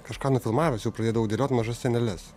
kažką nufilmavęs jau pradėdavau dėliot mažas sceneles